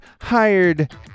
hired